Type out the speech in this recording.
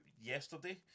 yesterday